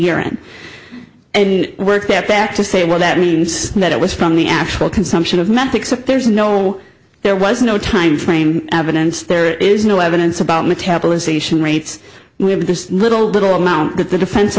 urine and work that back to say well that means that it was from the actual consumption of meant except there's no there was no timeframe evidence there is no evidence about metabolise ation rates we have just little little amount that the defen